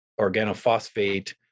organophosphate